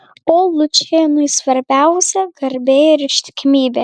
o lučianui svarbiausia garbė ir ištikimybė